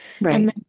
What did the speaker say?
Right